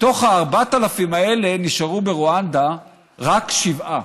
מתוך ה-4,000 האלה נשארו ברואנדה רק שבעה.